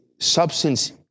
substance